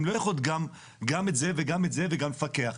הם לא יכולים גם את זה וגם את זה וגם לפקח.